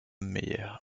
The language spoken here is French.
meyer